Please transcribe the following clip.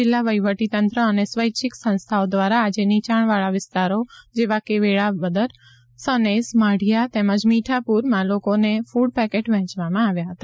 જિલ્લા વહીવટીતંત્ર અને સ્વૈચ્છિક સંસ્થાઓ દ્વારા આજે નીચાણવાળા વિસ્તારો જેવા કે વેળાબદર સનેસ માઢિયા તેમજ મીઠાપુરમાં લોકોને ફૂડ પેકેટ વહેંચવામાં આવ્યા હતા